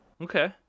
Okay